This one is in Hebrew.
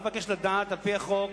אני מבקש על-פי החוק,